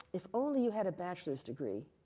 if only you had a bachelor's degree,